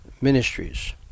Ministries